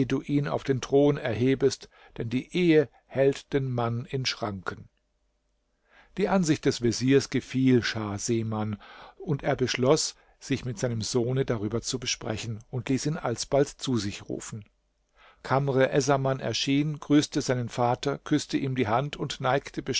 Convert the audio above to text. ihn auf den thron erhebest denn die ehe hält den mann in schranken die ansicht des veziers gefiel schah seman und er beschloß sich mit seinem sohne darüber zu besprechen und ließ ihn alsbald zu sich rufen kamr essaman erschien grüßte seinen vater küßte ihm die hand und neigte